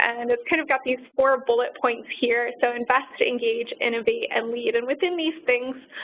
and and it's kind of got these four bullet points here. so, invest, engage, innovate, and lead, and within these things,